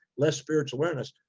less spiritual awareness.